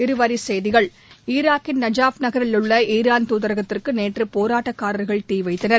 இருவரிச் செய்திகள் ஈராக்கின் நஜாஃப் நகரில் உள்ள ஈரான் தூதரகத்திற்கு நேற்று போராட்டக்காரர்கள் தீ வைத்தனர்